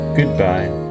Goodbye